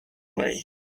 way